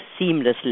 seamlessly